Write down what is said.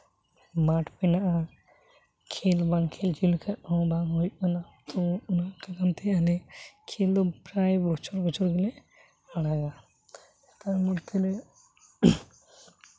ᱢᱟᱴᱷ ᱢᱮᱱᱟᱜᱼᱟ ᱠᱷᱮᱞ ᱵᱟᱝ ᱠᱷᱮᱞ ᱦᱚᱪᱚ ᱞᱮᱠᱷᱟᱱ ᱦᱚᱸ ᱵᱟᱝ ᱦᱩᱭᱩᱜ ᱠᱟᱱᱟ ᱡᱮ ᱚᱱᱟ ᱠᱟᱨᱚᱱ ᱛᱮ ᱟᱞᱮ ᱠᱷᱮᱞ ᱫᱚ ᱯᱨᱟᱭ ᱵᱚᱪᱷᱚᱨᱼᱵᱚᱪᱷᱚᱨ ᱜᱮᱞᱮ ᱟᱲᱟᱜᱟ ᱛᱟᱨ ᱢᱚᱫᱽᱫᱷᱮ ᱨᱮ